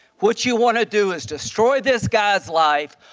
what you wanna do is destroy this guy's life,